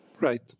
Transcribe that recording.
Right